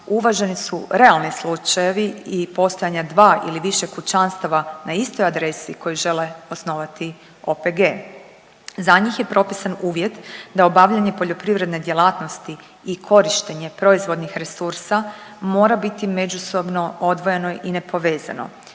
uvaženi su realni slučajevi i postojanja 2 ili više kućanstava na istoj adresi koji žele osnovati OPG. Za njih je propisan uvjet da obavljanje poljoprivredne djelatnosti i korištenje proizvodnih resursa mora biti međusobno odvojeno i nepovezano.